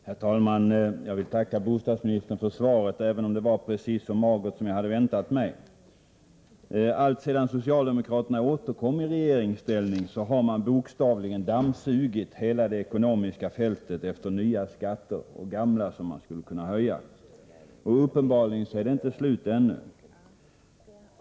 Herr talman! Jag vill tacka bostadsministern för svaret, även om det var precis så magert som jag hade väntat mig. Alltsedan socialdemokraterna återkom i regeringsställning har de bok j stavligen dammsugit hela det ekonomiska fältet på jakt efter nya skatter och efter gamla som man skulle kunna höja. Uppenbarligen är det inte slut ännu.